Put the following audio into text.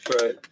Right